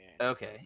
Okay